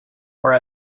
are